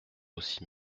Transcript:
aussi